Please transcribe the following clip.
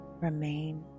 remain